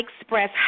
express